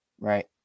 right